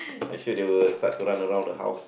I say they will start to run around the house